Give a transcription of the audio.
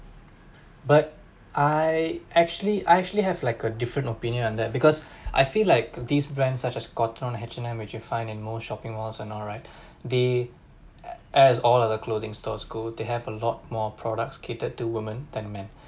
but I actually I actually have like a different opinion on that because I feel like these brands such as Cotton On H&M which you find in more shopping malls and all right they as all other clothing stores go they have a lot more products catered to women than men